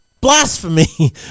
blasphemy